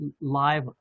live